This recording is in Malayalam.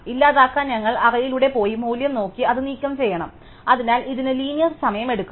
ഇല്ലാതാക്കാൻ ഞങ്ങൾ അറേയിലൂടെ പോയി മൂല്യം നോക്കി അത് നീക്കംചെയ്യണം അതിനാൽ ഇതിന് ലീനിയർ സമയം എടുക്കും